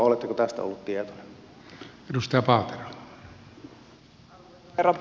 arvoisa herra puhemies